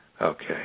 Okay